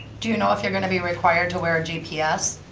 do you know if you're going to be required to wear a gps?